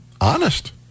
honest